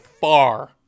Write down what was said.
far